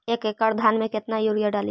एक एकड़ धान मे कतना यूरिया डाली?